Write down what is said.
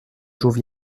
sorte